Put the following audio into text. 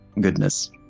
goodness